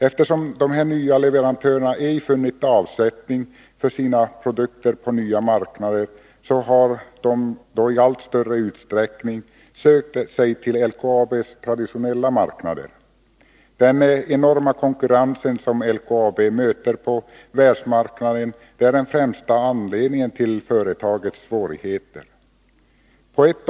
Eftersom dessa nya leverantörer inte har funnit avsättning för sina produkter på nya marknader, har de i allt större utsträckning sökt sig till LKAB:s traditionella marknader. Den enorma konkurrens som LKAB möter på världsmarknaden är den främsta anledningen till företagets svårigheter.